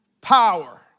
power